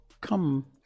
come